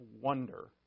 wonder